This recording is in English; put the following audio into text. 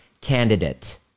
candidate